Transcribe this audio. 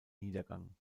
niedergang